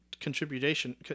contribution